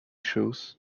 shoes